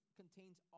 contains